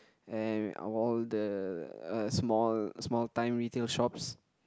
and all the uh small small time retail shops